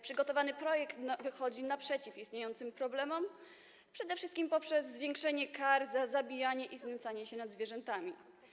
Przygotowany projekt wychodzi naprzeciw istniejącym problemom przede wszystkim poprzez zwiększenie kar za zabijanie zwierząt i znęcanie się nad zwierzętami.